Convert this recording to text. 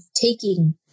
taking